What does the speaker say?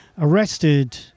arrested